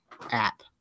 app